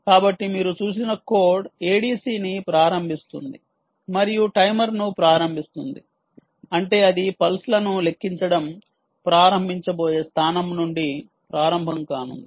కాబట్టి మీరు చూసిన కోడ్ ADC ని ప్రారంభిస్తుంది మరియు టైమర్ను ని ప్రారంభిస్తుంది అంటే అది పల్స్ లను లెక్కించడం ప్రారంభించబోయే స్థానం నుండి ప్రారంభం కానుంది